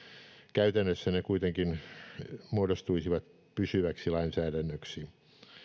käytännössä ne kuitenkin muodostuisivat pysyväksi lainsäädännöksi